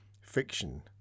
fiction